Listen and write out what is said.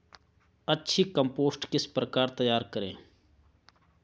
अच्छी कम्पोस्ट किस प्रकार तैयार करें?